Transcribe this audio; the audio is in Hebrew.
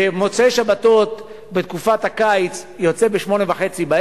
מוצאי שבתות בתקופת הקיץ, זה ב-20:30.